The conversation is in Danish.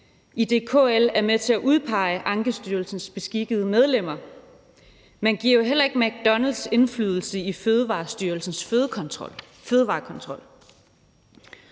KL er med til at udpege Ankestyrelsens beskikkede medlemmer. Man giver jo heller ikke McDonald's indflydelse i Fødevarestyrelsens fødevarekontrol.